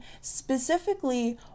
specifically